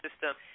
system